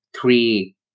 three